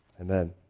Amen